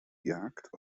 jagd